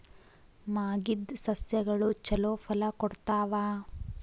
ಮಾಗಿದ್ ಸಸ್ಯಗಳು ಛಲೋ ಫಲ ಕೊಡ್ತಾವಾ?